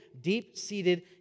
deep-seated